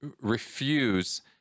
refuse